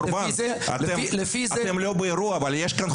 לפי זה --- אני מבין שאתם לא ממש באירוע אבל באמת יש כאן חורבן.